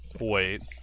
Wait